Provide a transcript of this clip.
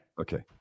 Okay